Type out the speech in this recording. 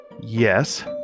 Yes